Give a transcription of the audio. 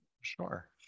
Sure